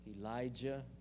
Elijah